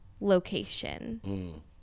location